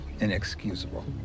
inexcusable